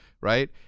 right